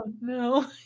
no